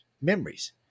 memories